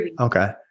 Okay